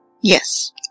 Yes